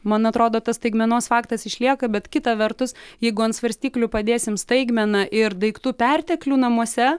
man atrodo tas staigmenos faktas išlieka bet kita vertus jeigu ant svarstyklių padėsim staigmeną ir daiktų perteklių namuose